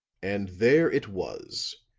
and there it was!